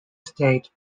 state